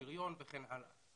שריון וכן הלאה.